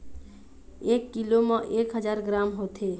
एक कीलो म एक हजार ग्राम होथे